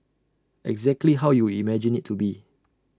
exactly how you would imagine IT to be